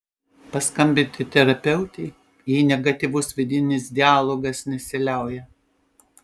paskambinti terapeutei jei negatyvus vidinis dialogas nesiliauja